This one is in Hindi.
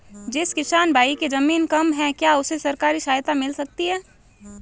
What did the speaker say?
जिस किसान भाई के ज़मीन कम है क्या उसे सरकारी सहायता मिल सकती है?